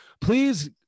please